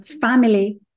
Family